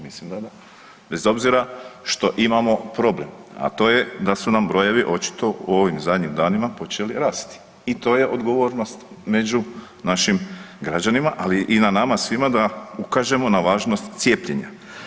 Mislim da da, bez obzira što imamo problem, a to je da su nam brojevi očito u ovim zadnjim danima počeli rasti i to je odgovornost među našim građanima ali i na nama svima da ukažemo na važnost cijepljenja.